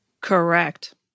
Correct